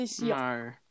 No